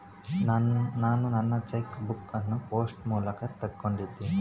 ನಾನು ನನ್ನ cheque book ಅನ್ನು ಪೋಸ್ಟ್ ಮೂಲಕ ತೊಗೊಂಡಿನಿ